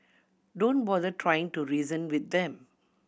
don't bother trying to reason with them